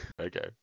okay